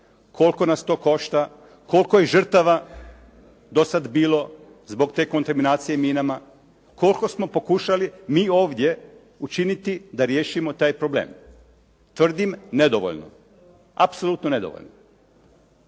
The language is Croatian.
koliko nas to košta, koliko je žrtava do sada bilo zbog te kontaminacije minama, koliko smo pokušali mi ovdje učiniti da riješimo taj problem? Tvrdim nedovoljno, apsolutno nedovoljno.